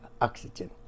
oxygen